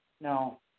No